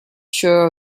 sure